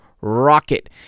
rocket